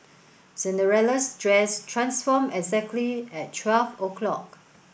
Cinderella's dress transformed exactly at twelve o'clock